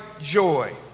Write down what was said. joy